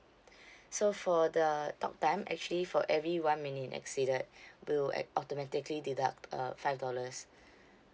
so for the talk time actually for every one minute exceeded we'll like automatically deduct uh five dollars